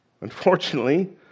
Unfortunately